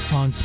on